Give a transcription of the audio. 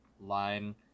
line